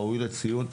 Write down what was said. ראוי לציון.